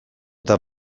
eta